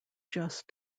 just